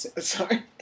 Sorry